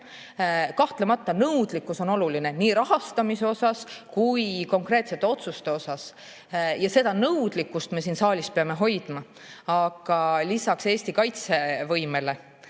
Kahtlemata, nõudlikkus on oluline nii rahastamise osas kui konkreetsete otsuste osas. Ja seda nõudlikkust me siin saalis peame hoidma. Aga lisaks Eesti kaitsevõimele